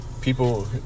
people